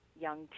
young